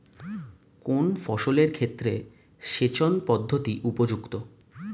কোন ফসলের ক্ষেত্রে সেচন পদ্ধতি উপযুক্ত?